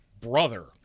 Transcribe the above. brother